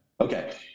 Okay